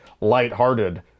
lighthearted